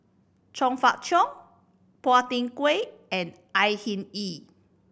Chong Fah Cheong Phua Thin Kiay and Au Hing Yee